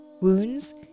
wounds